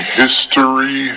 history